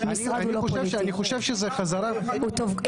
אני חושב שזה חזרה --- טוב,